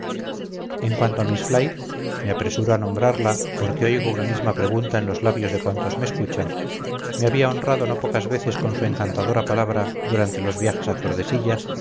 en cuanto a miss fly me apresuro a nombrarla porque oigo una misma pregunta en los labios de cuantos me escuchan me había honrado no pocas veces con su encantadora palabra durante los viajes a